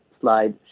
slide